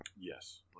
Yes